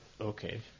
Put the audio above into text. Okay